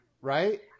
right